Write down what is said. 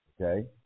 okay